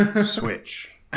Switch